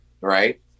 Right